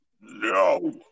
No